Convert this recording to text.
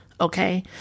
okay